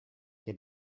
què